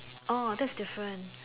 oh that's different